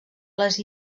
les